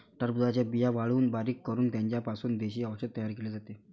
टरबूजाच्या बिया वाळवून बारीक करून त्यांचा पासून देशी औषध तयार केले जाते